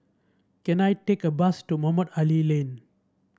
can I take a bus to Mohamed Ali Lane